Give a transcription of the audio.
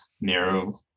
narrow